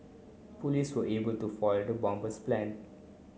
police were able to foil the bomber's plan